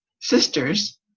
Sisters